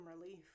relief